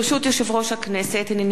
הנני מתכבדת להודיעכם,